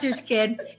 kid